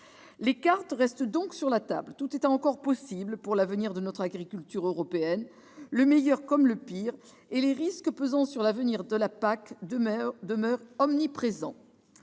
Les cartes restent donc sur la table. Tout est encore possible pour l'avenir de notre agriculture européenne, le meilleur comme le pire, et les risques pesant sur l'avenir de la PAC demeurent omniprésents.